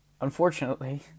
unfortunately